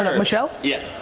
and michelle? yeah.